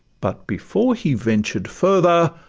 but before he ventured further,